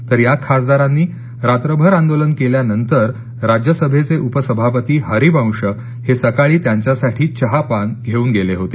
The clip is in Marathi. तर या खासदारांनी रात्रभर आंदोलन केल्यानंतर राज्यसभेचे उपसभापती हरिवंश हे सकाळी त्यांच्यासाठी चहापान धेवून गेले होते